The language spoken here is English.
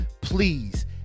Please